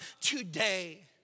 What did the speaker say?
today